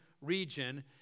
region